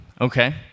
okay